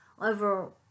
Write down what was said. over